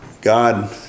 God